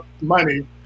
money